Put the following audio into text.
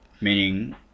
meaning